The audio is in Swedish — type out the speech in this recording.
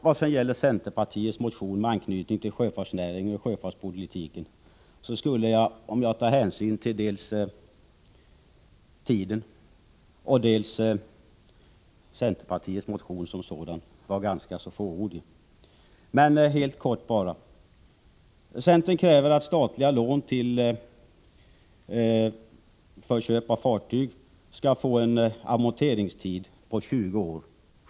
När det gäller centerpartiets motion, som har anknytning till sjöfartsnäringen och sjöfartspolitiken, skulle jag, med hänsyn till kammarens tid och motionens innehåll kunna vara ganska fåordig. Centern kräver att statliga lån för köp av fartyg generellt skall ha en amorteringstid på 20 år.